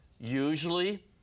usually